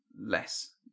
less